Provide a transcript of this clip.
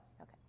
okay